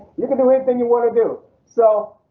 you can do anything you want to do so.